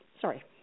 Sorry